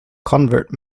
convert